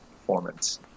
performance